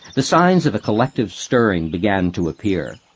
the signs of collective stirring began to appear.